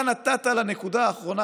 אתה נתת לנקודה האחרונה,